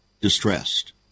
distressed